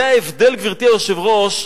זה ההבדל, גברתי היושבת-ראש,